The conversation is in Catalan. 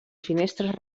finestres